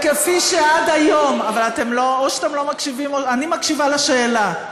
או שאתם לא מקשיבים, אני מקשיבה לשאלה.